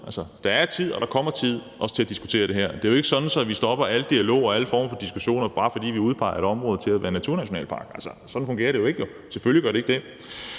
Der er tid, og der kommer tid også til at diskutere det her. Det er jo ikke sådan, at vi stopper al dialog og alle former for diskussioner, bare fordi vi udpeger et område til at være naturnationalpark. Sådan fungerer det jo ikke, selvfølgelig gør det ikke det.